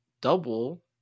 Double